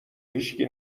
هیشکی